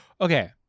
Okay